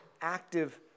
active